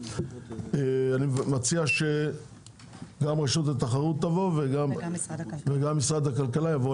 אני מציע שגם רשות התחרות תבוא וגם משרד הכלכלה יבואו